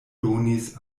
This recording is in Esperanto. donis